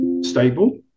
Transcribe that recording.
stable